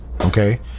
okay